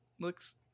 looks